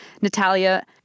Natalia